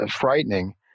frightening –